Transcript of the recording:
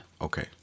Okay